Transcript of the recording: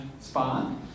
SPA